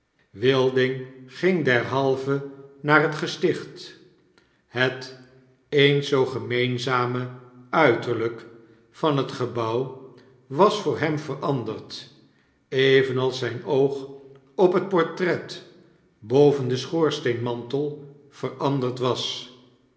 wilding ging derhalve naar het gesticht het eens zoo gemeenzame uiterlp van het gebouw was voor hem veranderd evenals zijn oog op hetportret bovenden schoorsteenmantel veranderd was